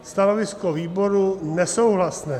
Stanovisko výboru: nesouhlasné.